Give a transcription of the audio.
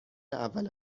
اول